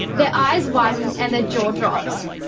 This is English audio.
their eyes widen and their jaw drops.